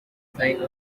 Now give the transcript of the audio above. signs